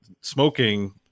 smoking